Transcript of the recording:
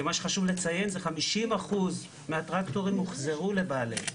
שמה שחשוב לציין זה 50% מהטרקטורים הוחזרו לבעליהם,